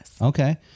Okay